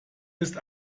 ist